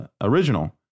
original